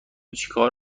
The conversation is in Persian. چیکار